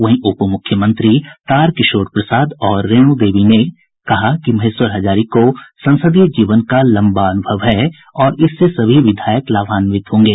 वहीं उप मुख्यमंत्री तारकिशोर प्रसाद और रेणु देवी ने कहा कि महेश्वर हजारी को संसदीय जीवन का लंबा अनुभव है और इससे सभी विधायक लाभान्वित होंगे